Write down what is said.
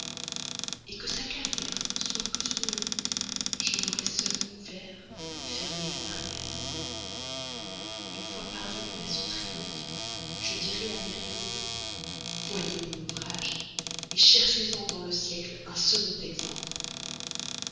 moi que sa carrière soit plus ou moins longue j'en aurai seul ouvert fermé la barrière une fois parvenu à ce triomphe je dirai à mes rivaux voyez mon ouvrage cherchez en dans le siècle un second exemple